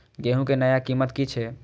गेहूं के नया कीमत की छे?